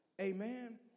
Amen